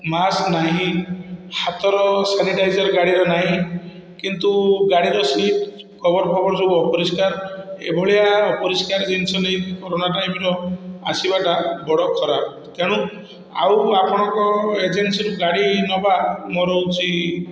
mask ନାହିଁ ହାତର sanitizer ଗାଡ଼ିରେ ନାହିଁ କିନ୍ତୁ ଗାଡ଼ିର ସିଟ କଭର ଫବର ସବୁ ଅପରିଷ୍କାର ଏ ଭଳିଆ ଅପରିଷ୍କାର ଜିନିଷ ନେଇକି କରୋନା ଟାଇମର ଆସିବାଟା ବଡ଼ ଖରାପ ତେଣୁ ଆଉ ଆପଣଙ୍କ ଏଜେନ୍ସିରୁ ଗାଡ଼ି ନବା ମୋର ହଉଛି